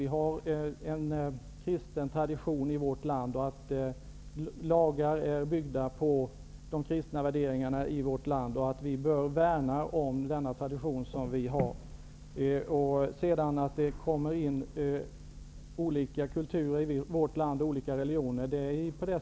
Vi har en kristen tradition i vårt land och lagar som är byggda på de kristna värderingarna. Jag tycker därför att vi bör värna om denna tradition. Sedan kommer det också in olika kulturer och olika religioner i vårt land.